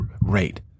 rate